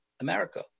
America